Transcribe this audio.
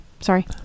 sorry